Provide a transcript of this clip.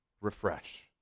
refresh